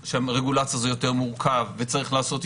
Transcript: שרגולציה זה יותר מורכב וצריך לעשות איזונים,